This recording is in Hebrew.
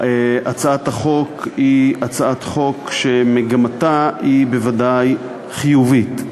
הצעת החוק, מגמתה בוודאי חיובית.